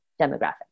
demographic